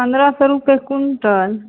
पनरह सओ रुपैए क्विन्टल